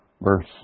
Verse